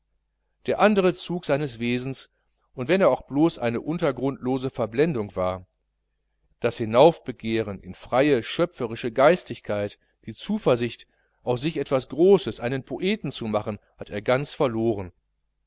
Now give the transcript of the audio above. der andere zug seines wesens und wenn es auch blos eine untergrundlose verblendung war das hinaufbegehren in freie schöpferische geistigkeit die zuversicht aus sich etwas großes einen poeten zu machen das hat er ganz verloren